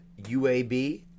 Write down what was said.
UAB